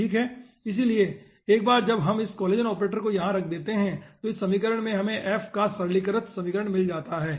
ठीक है इसलिए एक बार जब हम इस कोलेजन ऑपरेटर को यहां रख देते हैं तो इस समीकरण में हमें f का सरलीकृत समीकरण मिल जाता है